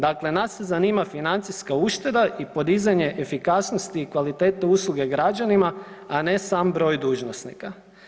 Dakle, nas zanima financijska ušteda i podizanje efikasnosti i kvalitetu usluge građanima, a ne sam broj dužnosnika.